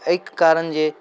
एहिके कारण जे